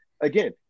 again